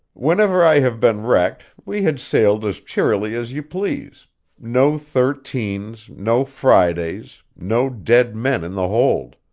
whenever i have been wrecked, we had sailed as cheerily as you please no thirteens, no fridays, no dead men in the hold.